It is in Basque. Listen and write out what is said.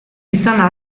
izana